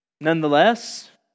Nonetheless